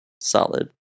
Solid